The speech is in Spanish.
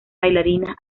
bailarinas